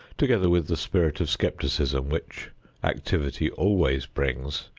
together with the spirit of skepticism which activity always brings,